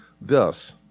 thus